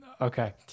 Okay